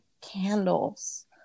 candles